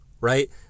right